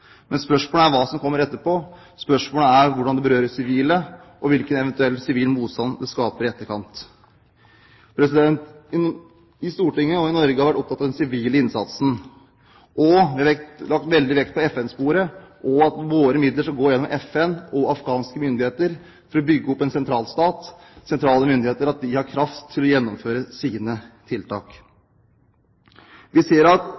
Men spørsmålet er hva som kommer etterpå. Spørsmålet er hvordan det berører sivile, og eventuelt hvilken sivil motstand det skaper i etterkant. I Stortinget, og i Norge, har man vært opptatt av den sivile innsatsen. Man har lagt veldig vekt på FN-sporet og på at våre midler går igjennom FN og afghanske myndigheter for å bygge opp en sentralstat, slik at sentrale myndigheter har kraft til å gjennomføre sine tiltak. Vi ser at